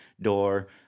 door